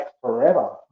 forever